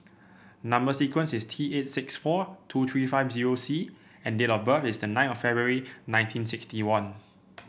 number sequence is T eight six four two three five zero C and date of birth is the nine of February nineteen sixty one